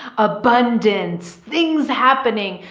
abundance things happening.